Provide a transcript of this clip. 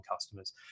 customers